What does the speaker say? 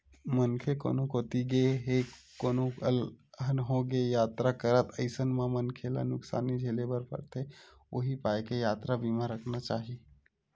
मनखे कोनो कोती गे हे कोनो अलहन होगे यातरा करत अइसन म मनखे ल नुकसानी झेले बर परथे उहीं पाय के यातरा बीमा रखना चाही